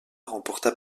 remporta